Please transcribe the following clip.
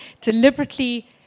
deliberately